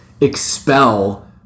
expel